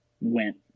went